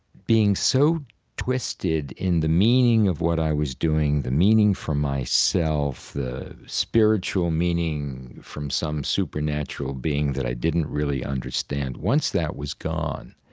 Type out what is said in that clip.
being so twisted in the meaning of what i was doing, the meaning from myself, the spiritual meaning from some supernatural being that i didn't really understand. once that was gone,